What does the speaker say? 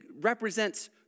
represents